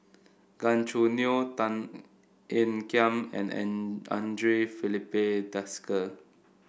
Gan Choo Neo Tan Ean Kiam and an Andre Filipe Desker